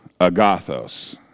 agathos